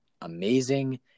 amazing